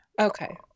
Okay